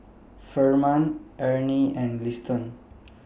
Ferman Ernie and Liston